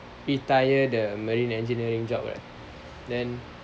retire the marine engineering job right then